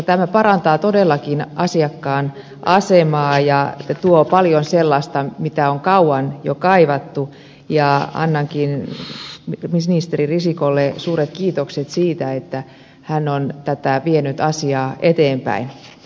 tämä parantaa todellakin asiakkaan asemaa ja tuo paljon sellaista mitä on kauan jo kaivattu ja annankin ministeri risikolle suuret kiitokset siitä että hän on tätä asiaa vienyt eteenpäin